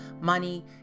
money